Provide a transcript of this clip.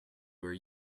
were